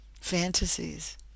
fantasies